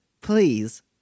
Please